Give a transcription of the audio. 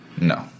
No